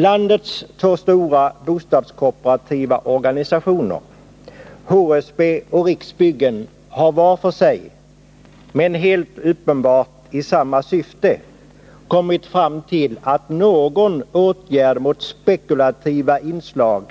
Landets två stora bostadskooperativa organisationer, HSB och Riksbyggen, har var för sig men helt uppenbart i samma syfte kommit fram till att någon åtgärd mot spekulativa inslag